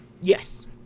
Yes